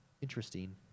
interesting